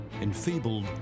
enfeebled